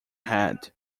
head